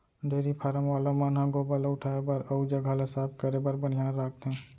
dairy farm वाला मन ह गोबर ल उठाए बर अउ जघा ल साफ करे बर बनिहार राखथें